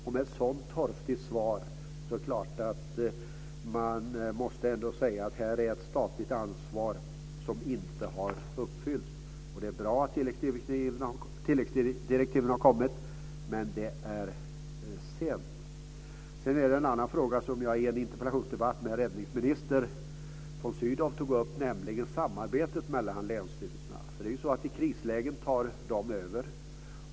Med ett sådant torftigt svar är det klart att man måste ändå säga att det är ett statligt ansvar som inte har uppfyllts. Det är bra att tilläggsdirektiven har kommit, men det är sent. Sedan gäller det en annan fråga som jag tog upp i en interpellationsdebatt med räddningsminister von Sydow, nämligen samarbetet mellan länsstyrelserna. Det är ju så att i ett krisläge tar de över.